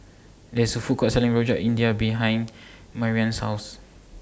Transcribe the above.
There IS A Food Court Selling Rojak India behind Marianne's House